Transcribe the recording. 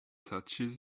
touches